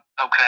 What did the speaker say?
okay